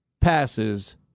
passes